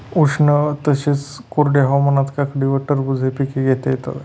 उष्ण तसेच कोरड्या हवामानात काकडी व टरबूज हे पीक घेता येते का?